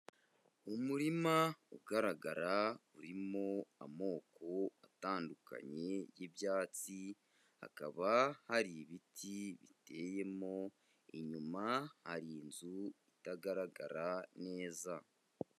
Umurima ugaragara urimo amoko atandukanye y'ibyatsi, hakaba hari ibiti biteyemo, inyuma hari inzu itagaragara neza.